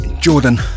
Jordan